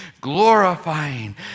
glorifying